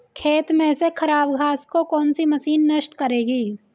खेत में से खराब घास को कौन सी मशीन नष्ट करेगी?